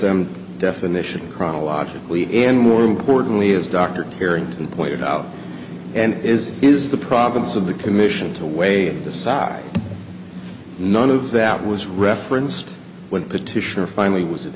m definition chronologically and more importantly as dr harrington pointed out and is is the province of the commission to weigh and decide none of that was referenced when petitioner finally was